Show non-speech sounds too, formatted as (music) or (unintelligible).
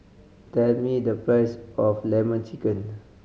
tell me the price of Lemon Chicken (unintelligible)